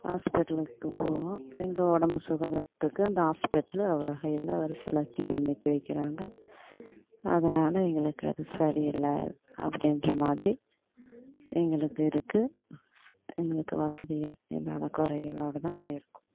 ஹாஸ்பெட்டலுக்கு போனால் எங்கள் உடம்பு சுகதத்துக்கு அந்த ஹாஸ்பெட்டலில் அவ்வளோ ஹையில் வரிசையில கீயூவில் நிற்க வைக்கிறாங்க அதனால எங்களுக்கு அது சரியில்லை அப்படின்ற மாதிரி எங்களுக்கு இருக்குது ஸோ எங்களுக்கு வசதிகள் இல்லாத குறைகளோடதான் நாங்கள் இருக்கோம்